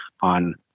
on